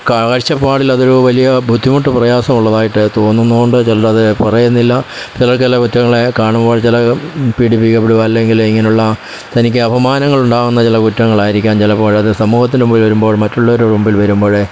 കാഴ്ച്ചപ്പാടില്ല അതൊരു വലിയ ബുന്ധിമുട്ടും പ്രയാസവുമുള്ളതായിട്ട് തോന്നുന്നത് കൊണ്ട് ചിലർ അത് പറയുന്നില്ല ചിലവർക്ക് ഇവറ്റകളെ കാണുമ്പോൾ ചലർ പീഡിപ്പിക്കപ്പെടും അല്ലെങ്കിൽ ഇങ്ങനെയുള്ള തനിക്ക് അപമാനങ്ങളുണ്ടാകുന്ന ചില കുറ്റങ്ങളായിരിക്കാം ചിലപ്പോൾ അത് സമൂഹത്തിന് മുമ്പിൽ വരുമ്പോൾ മറ്റുള്ളവരുടെ മുമ്പിൽ വരുമ്പോൾ